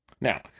Now